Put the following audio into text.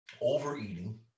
overeating